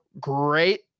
great